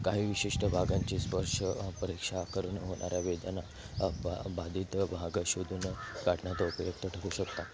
काही विशिष्ट भागांची स्पर्श परीक्षा करून होणाऱ्या वेदना बाधित भाग शोधून काढण्यात उपयुक्त ठरू शकतात